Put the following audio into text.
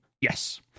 Yes